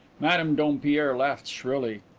madame dompierre laughed shrilly.